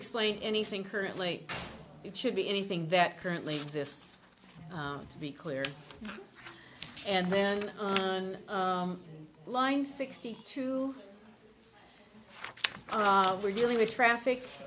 explain anything currently it should be anything that currently exists to be clear and then on line sixty two we're dealing with traffic